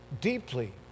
deeply